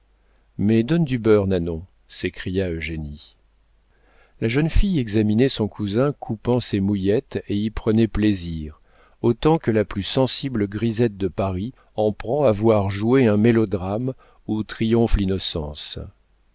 mais donne du beurre nanon s'écria eugénie la jeune fille examinait son cousin coupant ses mouillettes et y prenait plaisir autant que la plus sensible grisette de paris en prend à voir jouer un mélodrame où triomphe l'innocence